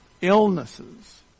illnesses